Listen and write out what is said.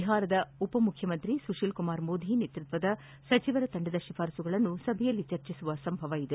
ಬಿಹಾರದ ಉಪ ಮುಖ್ಯಮಂತ್ರಿ ಸುತೀಲ್ ಕುಮಾರ್ ಮೋದಿ ನೇತೃತ್ವದ ಸಚಿವರ ತಂಡದ ಶಿಪಾರಸ್ತುಗಳನ್ನು ಸಭೆಯಲ್ಲಿ ಚರ್ಚಿಸುವ ಸಂಭವವಿದೆ